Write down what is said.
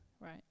Right